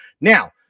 Now